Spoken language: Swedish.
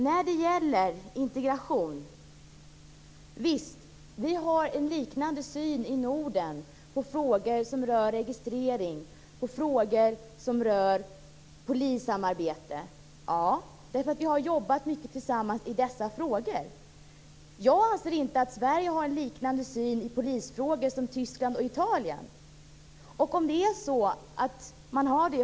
När det gäller integration vill jag säga följande: Visst har vi en liknande syn i Norden på frågor som rör registrering och polissamarbete. Det har vi därför att vi har jobbat mycket tillsammans i dessa frågor. Jag anser inte att Sverige och Tyskland och Italien har liknande syn i polisfrågor.